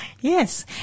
Yes